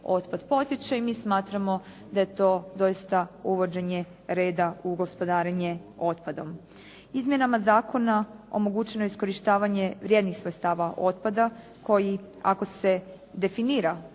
otpad potječe i mi smatramo da je to doista uvođenje reda u gospodarenje otpadom. Izmjenama zakona omogućeno je iskorištavanje vrijednih sredstava otpada koji ako se definira